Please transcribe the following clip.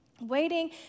Waiting